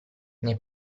nei